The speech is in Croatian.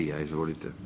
Izvolite.